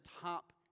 top